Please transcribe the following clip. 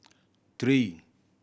three